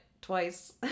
twice